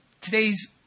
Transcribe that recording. today's